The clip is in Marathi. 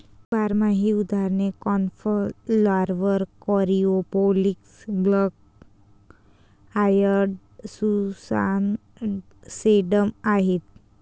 बारमाहीची उदाहरणे cornflower, coreopsis, black eyed Susan, sedum आहेत